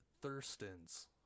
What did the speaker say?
Thurstons